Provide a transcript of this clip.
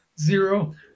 Zero